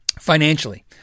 financially